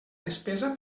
despesa